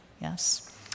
Yes